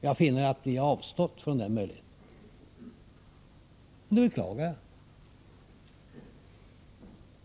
Jag finner att ni har avstått från den möjligheten, och det beklagar jag.